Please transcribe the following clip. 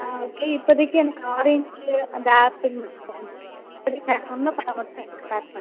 ஆ okay இப்போதிக்கு எனக்கு orange அந்த ஆப்பிள் மட்டும்